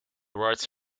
writes